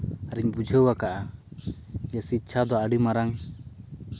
ᱟᱹᱨᱤᱧ ᱵᱩᱡᱷᱟᱹᱣ ᱟᱠᱟᱜᱼᱟ ᱡᱮ ᱥᱤᱠᱠᱷᱟ ᱫᱚ ᱟᱹᱰᱤ ᱢᱟᱨᱟᱝ